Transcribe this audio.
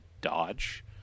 dodge